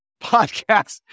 podcast